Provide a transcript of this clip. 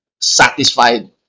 satisfied